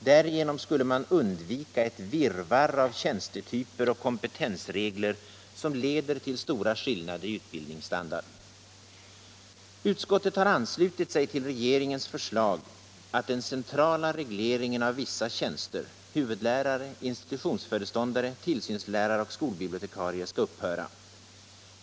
Därigenom skulle man undvika ett virrvarr av tjänstetyper och kompetensregler som leder till stora skillnader i utbildningsstandard. Utskottet har anslutit sig till regeringens förslag att den centrala regleringen av vissa tjänster, huvudlärare, institutionsföreståndare, tillsynslärare och skolbibliotekarier, skall upphöra.